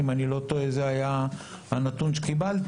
אם אני לא טועה זה היה הנתון שקיבלתי,